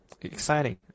exciting